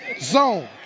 zone